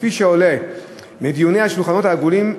וכפי שעולה מדיוני השולחנות העגולים,